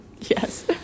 Yes